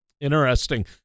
Interesting